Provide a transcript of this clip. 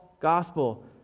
gospel